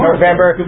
November